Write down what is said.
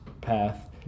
path